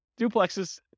duplexes